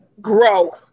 grow